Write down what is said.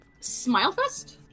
Smilefest